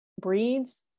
breeds